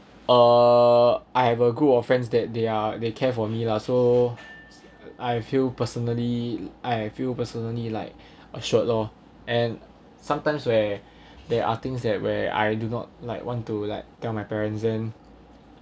err I have a group of friends that they are they care for me lah so I feel personally I feel personally like assured lor and sometimes where there are things that where I do not like want to like tell my parents and